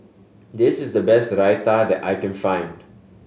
this is the best Raita that I can find